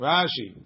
Rashi